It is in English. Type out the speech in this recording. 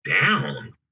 down